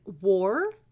war